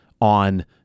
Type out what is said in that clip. on